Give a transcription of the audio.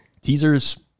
Teasers